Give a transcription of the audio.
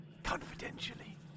confidentially